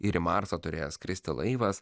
ir į marsą turėjęs skristi laivas